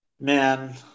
Man